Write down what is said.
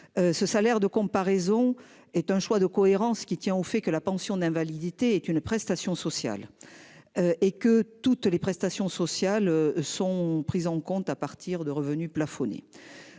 Ce salaire de comparaison est un choix de cohérence qui tient au fait que la pension d'invalidité est une prestation sociale. Et que toutes les prestations sociales sont prises en compte à partir de revenus plafonnés.